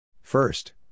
First